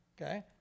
okay